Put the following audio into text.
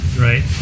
Right